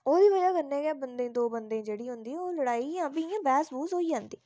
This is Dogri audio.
ओहदी बजह कन्नै गै बंदे दो बंदे च जेहड़ी होंदी लडाई जां फ्ही इयां बैहस होई जंदी